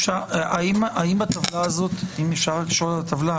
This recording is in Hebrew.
אם אפשר לשאול על הטבלה,